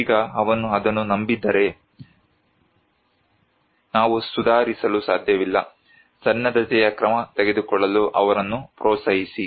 ಈಗ ಅವನು ಅದನ್ನು ನಂಬದಿದ್ದರೆ ನಾವು ಸುಧಾರಿಸಲು ಸಾಧ್ಯವಿಲ್ಲ ಸನ್ನದ್ಧತೆ ಕ್ರಮ ತೆಗೆದುಕೊಳ್ಳಲು ಅವರನ್ನು ಪ್ರೋತ್ಸಾಹಿಸಿ